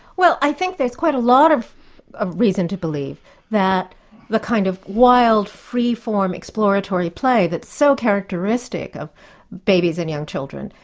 well i think there's quite a lot of of reason to believe that the kind of wild, freeform exploratory play that's so characteristic of babies and young children,